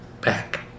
back